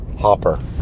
Hopper